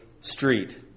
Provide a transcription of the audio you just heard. Street